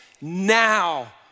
now